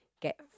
get